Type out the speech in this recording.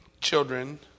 children